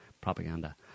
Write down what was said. propaganda